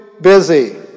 busy